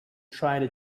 try